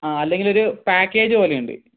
ആ അല്ലെങ്കിൽ ഒരു പാക്കേജ് പോലെയുണ്ട്